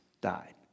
died